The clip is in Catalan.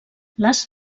les